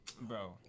Bro